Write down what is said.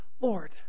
Lord